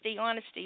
honesty